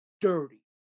dirty